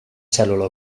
cèl·lula